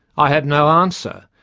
i had no answer.